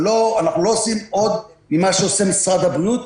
אנחנו לא עושים עוד על מה שעושה משרד הבריאות,